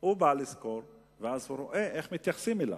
הוא בא לשכור ואז הוא רואה איך מתייחסים אליו.